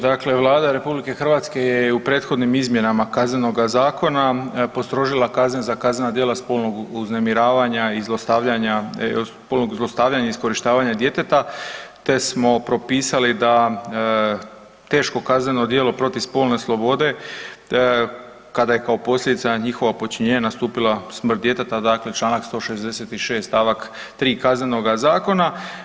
Dakle Vlada RH je i u prethodnim izmjenama Kaznenoga zakona postrožila kazne za kaznena djela spolnog uznemiravanja i zlostavljanja, spolnog zlostavljanja i iskorištavanja djeteta te smo propisali da teško kazneno djelo protiv spolne slobode, kada je kao posljedica njihova počinjenja nastupila smrt djeteta, dakle čl. 166 st. 3 Kaznenoga zakona.